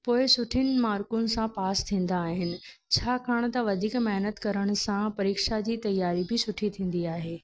पोइ सुठी मार्कूनि सां पास थींदा आहिनि छाकाणि त वधीक महिनत करण सां परिक्षा जी तयारी बि सुठी थींदी आहे